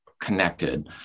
connected